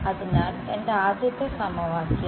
അതിനാൽ എന്റെ ആദ്യത്തെ സമവാക്യം